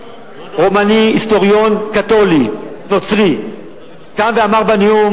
רומני, היסטוריון, קתולי, נוצרי, קם ואמר בנאום